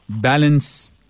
balance